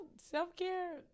self-care